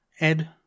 Ed